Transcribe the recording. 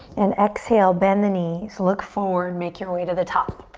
and exhale, bend the knees. look forward, make your way to the top.